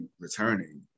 returning